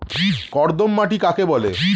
কর্দম মাটি কাকে বলে?